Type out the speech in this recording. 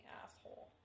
asshole